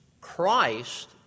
Christ